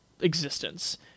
existence